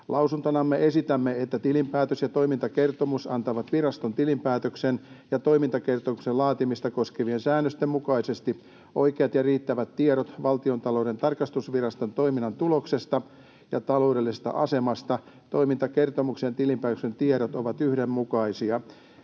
Lausuntonamme esitämme, että tilinpäätös ja toimintakertomus antavat viraston tilinpäätöksen ja toimintakertomuksen laatimista koskevien säännösten mukaisesti oikeat ja riittävät tiedot Valtiontalouden tarkastusviraston toiminnan tuloksesta ja taloudellisesta asemasta. Toimintakertomuksen ja tilinpäätöksen tiedot ovat yhdenmukaisia.